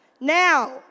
Now